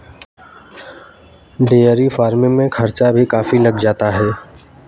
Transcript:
dairy farming में खर्चा भी काफी लग जाता है